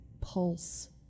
pulse